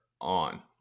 on